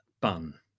bun